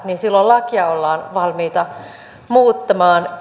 niin silloin lakia ollaan valmiita muuttamaan